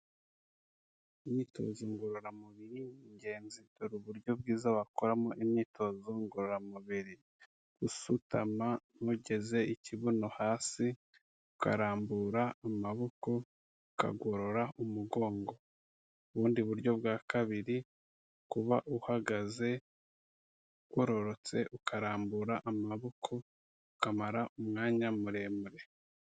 Imyitozo ngororamubiri ni ingenzi. Dore uburyo bwiza wakoramo imyitozo ngororamubiri, usutama ntugeze ikibuno hasi, ukarambura amaboko, ukagorora umugongo. Ubundi buryo bwa kabiri, uba uhagaze ugororotse ukarambura amaboko ukamara umwanya muremure.